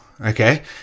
okay